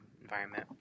environment